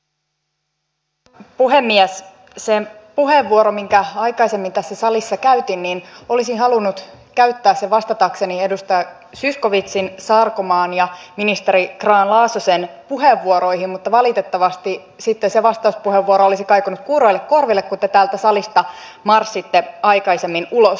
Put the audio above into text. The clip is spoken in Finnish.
olisin halunnut käyttää sen puheenvuoron minkä aikaisemmin tässä salissa käykin niin olisi halunnut käyttää käytin vastatakseni edustaja zyskowiczin sarkomaan ja ministeri grahn laasosen puheenvuoroihin mutta valitettavasti sitten se vastauspuheenvuoro olisi kaikunut kuuroille korville kun te täältä salista marssitte aikaisemmin ulos